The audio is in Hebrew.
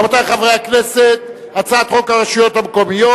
רבותי חברי הכנסת, הצעת חוק הרשויות המקומיות